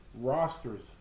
rosters